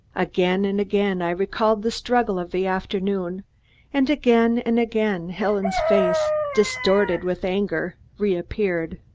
again and again i recalled the struggle of the afternoon and again and again, helen's face, distorted with anger, reappeared.